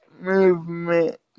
movement